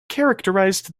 characterized